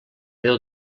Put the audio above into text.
déu